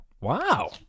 Wow